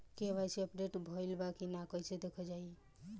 KYC update भइल बा कि ना कइसे देखल जाइ?